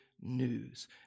news